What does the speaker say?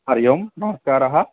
हरि ओम् नमस्कारः